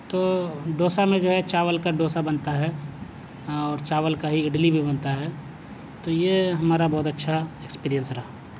تو ڈوسا میں جو ہے چاول کا ڈوسا بنتا ہے اور چاول کا ہی اڈلی بھی بنتا ہے تو یہ ہمارا بہت اچھا ایکسپیرئنس رہا